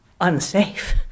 unsafe